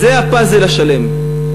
זה הפאזל השלם.